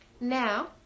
now